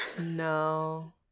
No